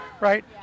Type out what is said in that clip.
right